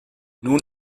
nun